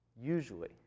Usually